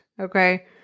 Okay